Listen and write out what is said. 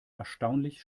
erstaunlich